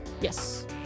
Yes